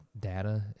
data